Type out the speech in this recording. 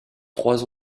trois